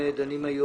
בוקר טוב.